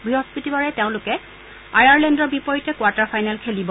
বৃহস্পতিবাৰে তেওঁলোকে আয়াৰলেণ্ডৰ বিপৰীতে কোৱাৰ্টাৰ ফাইনেল খেলিব